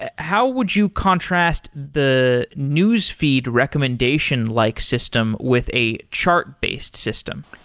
ah how would you contrast the newsfeed recommendation like system with a chart-based system?